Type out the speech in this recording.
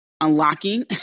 unlocking